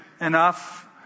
enough